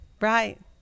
Right